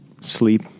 Sleep